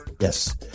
Yes